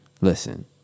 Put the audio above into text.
Listen